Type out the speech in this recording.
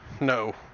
no